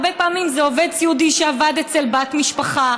הרבה פעמים זה עובד סיעודי שעבד אצל בת משפחה,